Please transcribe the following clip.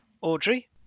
Audrey